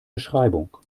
beschreibung